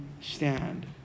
stand